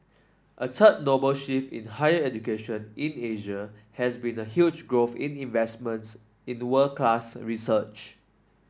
a third shift in higher education in Asia has been the huge growth in investments in the world class research